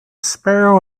sparrow